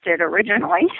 originally